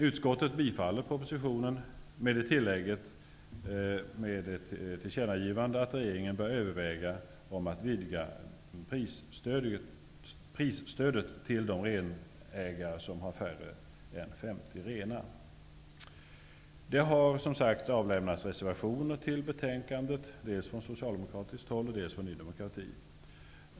Utskottet tillstyrker propositionen med tillägg av ett tillkännagivande av att regeringen bör överväga att öka prisstödet till de renägare som har mindre än 50 renar. Det har som tidigare sagts avlämnats reservationer till betänkandet från både Socialdemokraterna och Ny demokrati.